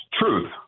truth